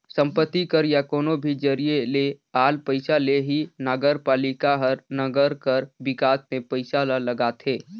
संपत्ति कर या कोनो भी जरिए ले आल पइसा ले ही नगरपालिका हर नंगर कर बिकास में पइसा ल लगाथे